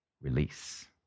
release